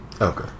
Okay